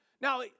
Now